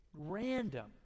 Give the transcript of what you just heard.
random